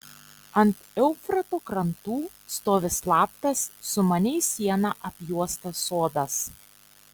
ant eufrato krantų stovi slaptas sumaniai siena apjuostas sodas